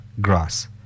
grass